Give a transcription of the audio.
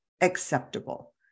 acceptable